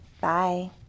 Bye